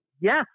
yes